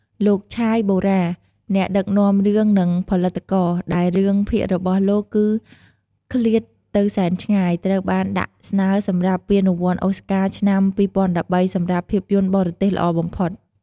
លោក ឆាយ បូរ៉ា អ្នកដឹកនាំរឿងនិងផលិតករ ដែលរឿងភាគរបស់លោកគឺ "ឃ្លាតទៅសែនឆ្ងាយ" ត្រូវបានដាក់ស្នើសម្រាប់ពានរង្វាន់អូស្ការឆ្នាំ ២០១៣ សម្រាប់ភាពយន្តបរទេសល្អបំផុត។